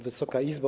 Wysoka Izbo!